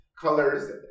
Colors